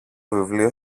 βιβλίο